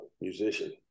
musician